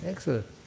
Excellent